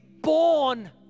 born